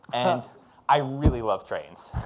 and i really love trains.